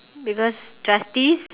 because justice